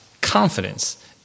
confidence